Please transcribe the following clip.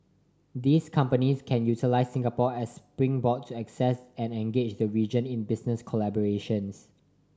these companies can utilise Singapore as springboard to access and engage the region in business collaborations